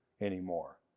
anymore